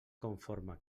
conforme